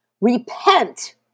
Repent